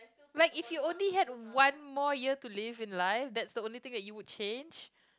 like if you only had one more year to live in life that's the only thing that you would change